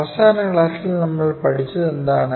അവസാന ക്ലാസിൽ നമ്മൾ പഠിച്ചതെന്താണ്